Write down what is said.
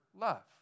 love